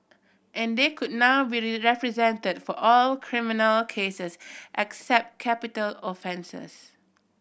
and they could now be represented for all criminal cases except capital offences